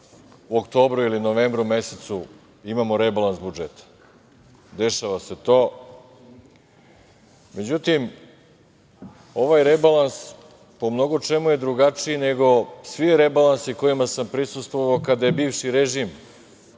u oktobru ili u novembru mesecu imamo rebalans budžeta, dešava se to. Međutim, ovaj rebalans po mnogo čemu je drugačiji nego svi rebalansi kojima sam prisustvovao kada je bivši režim